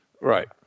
Right